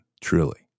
truly